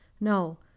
No